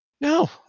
No